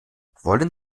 wollen